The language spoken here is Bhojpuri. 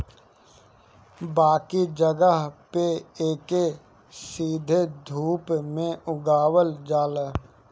बाकी जगह पे एके सीधे धूप में उगावल जाला